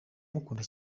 mukunda